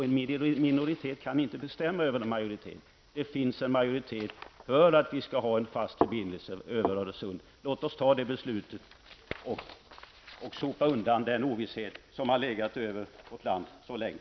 En minoritet kan inte bestämma över en majoritet. Det finns en majoritet för en fast förbindelse över Öresund. Låt oss fatta det beslutet och sopa undan den ovisshet som har legat över vårt land så länge.